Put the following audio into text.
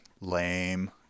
Lame